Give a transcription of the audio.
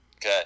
good